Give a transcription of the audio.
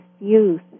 youth